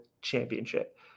championship